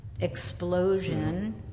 explosion